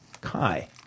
Kai